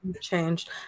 changed